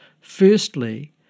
Firstly